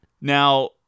Now